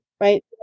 right